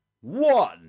one